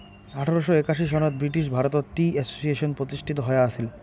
আঠারোশ একাশি সনত ব্রিটিশ ভারতত টি অ্যাসোসিয়েশন প্রতিষ্ঠিত হয়া আছিল